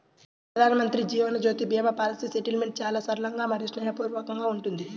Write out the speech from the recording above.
ప్రధానమంత్రి Jeevan Jyoti Bima policy settlement చాలా సరళంగా మరియు స్నేహపూర్వకంగా ఉంటుంది